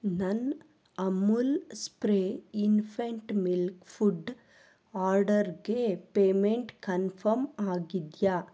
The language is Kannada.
ನನ್ನ Amul spray infant milk food ಆರ್ಡರ್ಗೆ ಪೇಮೆಂಟ್ ಕನ್ಫರ್ಮ್ ಆಗಿದೆಯಾ